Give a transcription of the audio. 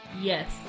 Yes